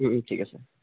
ঠিক আছে